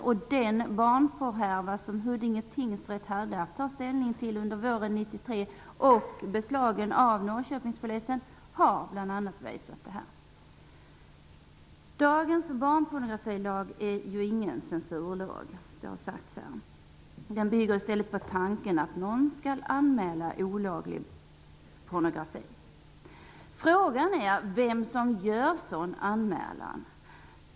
Det har den barnporrhärva som Huddinge tingsrätt hade att ta ställning till under våren 1993 och beslagen av Norrköpingspolisen bl.a. visat. Dagens barnpornografilag är ingen censurlag; det har sagts här i dag. Den bygger i stället på tanken att någon skall anmäla olaglig barnpornografi. Frågan är vem som gör en sådan anmälan?